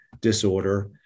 disorder